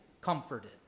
comforted